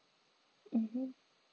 mmhmm